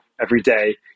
everyday